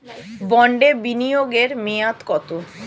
বন্ডে বিনিয়োগ এর মেয়াদ কত?